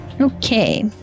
Okay